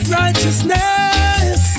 righteousness